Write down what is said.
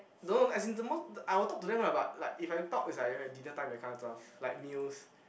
don't as in the most I will talk to them lah but like if I talk it's like you know at dinner time that kind of stuff like meals